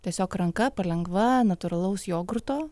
tiesiog ranka palengva natūralaus jogurto